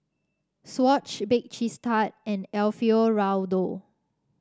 Swatch Bake Cheese Tart and Alfio Raldo